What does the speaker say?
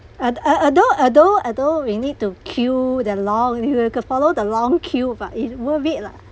at~ a~ although although although we need to queue the long we have got follow the long queue but it's worth it lah